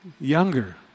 younger